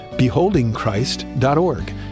beholdingchrist.org